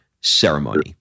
ceremony